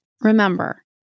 Remember